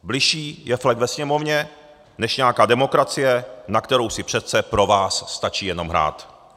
Bližší je flek ve Sněmovně než nějaká demokracie, na kterou si přece pro vás stačí jenom hrát.